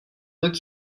look